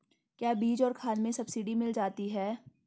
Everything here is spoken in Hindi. क्या बीज और खाद में सब्सिडी मिल जाती है?